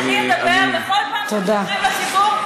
אני אדבר בכל פעם שמשקרים לציבור,